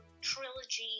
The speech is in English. Trilogy